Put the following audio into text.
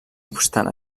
obstant